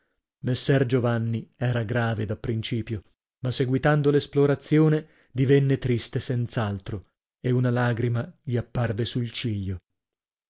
labbro messer giovanni era grave da principio ma seguitando l'esplorazione divenne triste senz'altro e una lagrima gli apparve sul ciglio